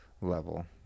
level